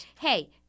Hey